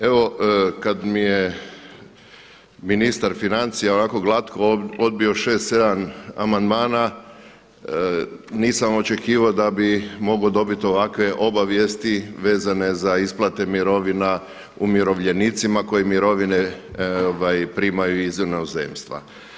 Evo kada mi je ministar financija onako glatko odbio 6, 7 amandmana nisam očekivao da bi mogao dobiti ovakve obavijesti vezane za isplate mirovina umirovljenicima koje mirovine primaju iz inozemstva.